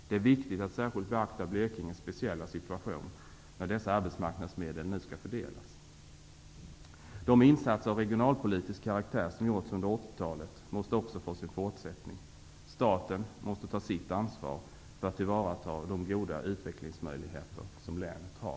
Det är viktigt att särskilt beakta Blekinges speciella situation, när dessa arbetsmarknadsmedel nu skall fördelas. De insatser av regionalpolitisk karaktär som har gjorts under 80-talet måste också få sin fortsättning. Staten måste ta sitt ansvar för att ta till vara de goda utvecklingsmöjligheter som länet har.